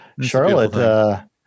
Charlotte